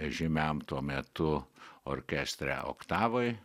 žymiam tuo metu orkestre oktavoj